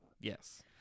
Yes